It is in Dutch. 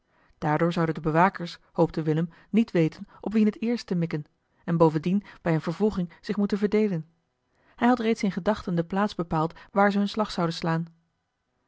daardoor zouden de bewakers hoopte willem niet weten op wien het eerst te mikken en bovendien bij eene vervolging zich moeten verdeelen hij had reeds in gedachten de plaats bepaald waar ze hun slag zouden slaan